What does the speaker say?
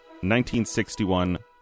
1961